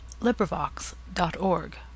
LibriVox.org